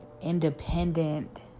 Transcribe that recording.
independent